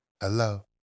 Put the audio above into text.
Hello